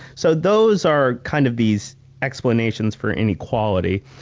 so, those are kind of these explanations for inequality.